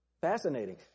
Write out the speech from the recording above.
Fascinating